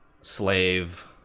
slave